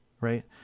Right